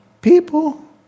People